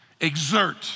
Exert